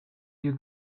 you